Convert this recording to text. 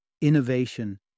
innovation